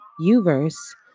Uverse